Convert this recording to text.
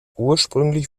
ursprünglich